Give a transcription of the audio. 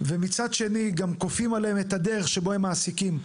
ומצד שני כופים עליהם את הדרך בה הם מעסיקים,